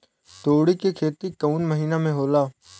तोड़ी के खेती कउन महीना में होला?